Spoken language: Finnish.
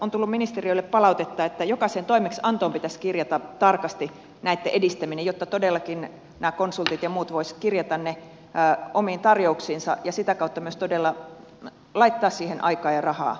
on tullut ministeriölle palautetta että jokaiseen toimeksiantoon pitäisi kirjata tarkasti näitten edistäminen jotta todellakin nämä konsultit ja muut voisivat kirjata ne omiin tarjouksiinsa ja sitä kautta myös todella laittaa siihen aikaa ja rahaa